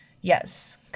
Yes